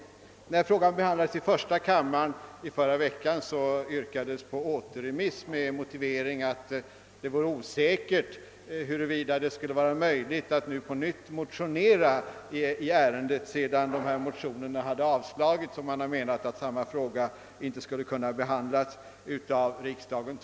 När denna fråga behandlades i första kammaren förra veckan yrkades det återremiss med motiveringen att det skulle vara osäkert huruvida det vore möjligt att på nytt motionera i ärendet sedan motionerna avslagits. Man menade att samma fråga inte kunde behandlas två gånger av samma riksdag.